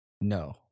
No